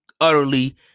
utterly